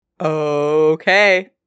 okay